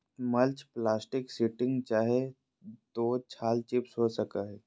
mulch plastic sheeting चाहे तो छाल चिप्स हो सको हइ